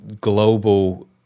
global